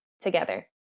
together